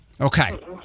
Okay